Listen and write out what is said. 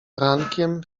rankiem